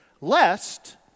lest